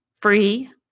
free